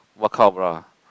what kind of bra